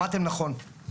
שמעתם נכון.